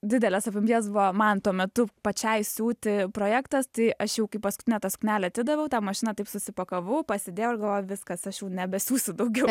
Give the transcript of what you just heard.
didelės apimties buvo man tuo metu pačiai siūti projektas tai aš jau kaip paskutinę tą suknelę atidaviau tą mašiną taip susipakavau pasidėjau ir galvoju viskas aš jau nebesiųsiu daugiau